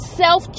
self